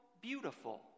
beautiful